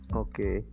okay